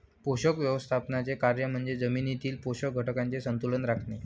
पोषक व्यवस्थापनाचे कार्य म्हणजे जमिनीतील पोषक घटकांचे संतुलन राखणे